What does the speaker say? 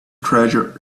treasure